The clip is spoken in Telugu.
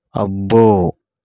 అబ్బో